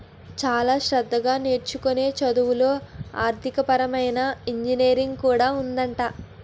చాలా శ్రద్ధగా నేర్చుకునే చదువుల్లో ఆర్థికపరమైన ఇంజనీరింగ్ కూడా ఉందట